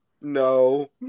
no